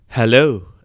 Hello